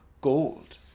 gold